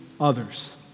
others